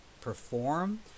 perform